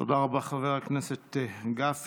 תודה רבה, חבר הכנסת גפני.